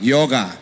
Yoga